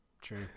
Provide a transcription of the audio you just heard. true